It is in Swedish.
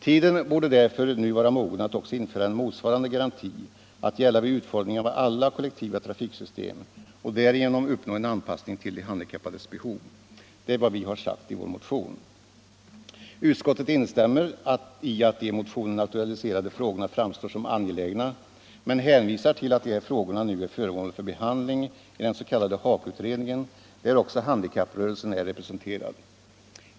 Tiden borde därför nu vara mogen att också införa en motsvarande garanti att gälla vid utformningen av alla kollektiva trafiksystem och därigenom uppnå en anpassning till de handikappades behov. Det är vad vi har sagt i vår motion. Utskottet instämmer i att de i motionen aktualiserade frågorna framstår som angelägna men hänvisar till att de här problemen är föremål för behandling i den s.k. HAKO-utredningen där också handikapprörelsen är representerad.